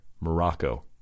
Morocco